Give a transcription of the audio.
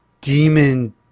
demon